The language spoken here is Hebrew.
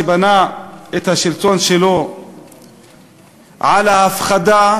שבנה את השלטון שלו על ההפחדה,